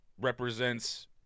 represents